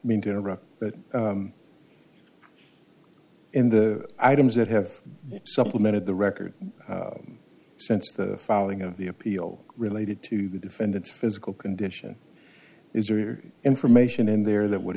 mean to interrupt but in the items that have been supplemented the record since the founding of the appeal related to the defendants physical condition is or information in there that would